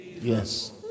Yes